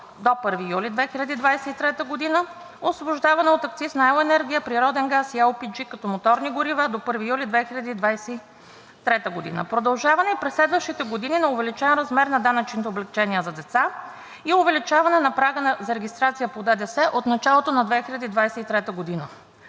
до 1 юли 2023 г., освобождаване от акциз на ел. енергията, природния газ и LPG като моторни горива до 1 юли 2023 г., продължаване и през следващите години на увеличен размер на данъчните облекчения за деца и увеличаване на прага за регистрация по ДДС от началото на 2023 г.